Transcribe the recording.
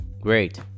Great